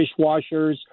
dishwashers